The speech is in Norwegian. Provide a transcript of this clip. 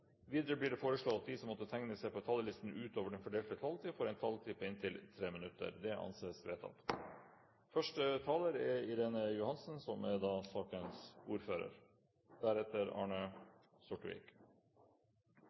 Videre blir det foreslått at de som måtte tegne seg på talerlisten utover den fordelte taletid, får en taletid på inntil 3 minutter. – Det anses vedtatt. Og som vi alle har forstått, er første taler Snorre Serigstad Valen, og han er også sakens ordfører.